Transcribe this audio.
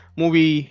movie